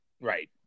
Right